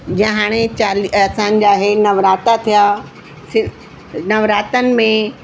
जीअं हाणे चालीहा असांजा इहे नवरात्रा थिया नवरात्रनि में